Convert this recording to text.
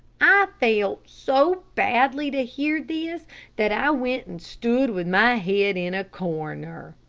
i felt so badly to hear this that i went and stood with my head in a corner.